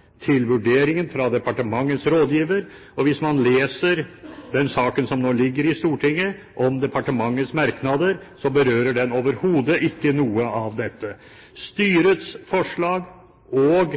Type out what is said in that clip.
til styrets forslag, til vurderingen fra departementets rådgiver. Hvis man leser den saken som nå ligger i Stortinget om departementets merknader, berører den overhodet ikke noe av dette. Styrets forslag og